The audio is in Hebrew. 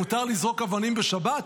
מותר לזרוק אבנים בשבת?